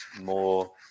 more